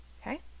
okay